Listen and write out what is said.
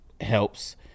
helps